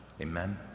Amen